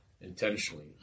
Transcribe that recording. intentionally